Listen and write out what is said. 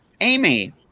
Amy